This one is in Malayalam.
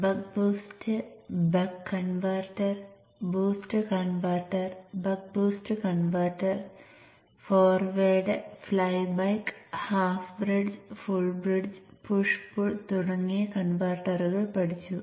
buck boost buck converter boost converter buck boost converter forward fly back half bridge full bridge push pull തുടങ്ങിയ കൺവെർട്ടറുകൾ പഠിച്ചു